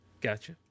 Gotcha